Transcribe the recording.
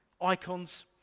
icons